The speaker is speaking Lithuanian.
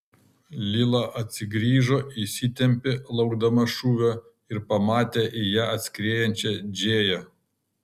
lila atsigrįžo įsitempė laukdama šūvio ir pamatė į ją atskriejančią džėją